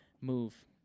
Move